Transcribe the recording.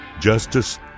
justice